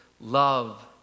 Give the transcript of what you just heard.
love